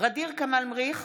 ע'דיר כמאל מריח,